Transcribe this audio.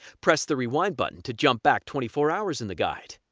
press the rewind button to jump back twenty four hours in the guide.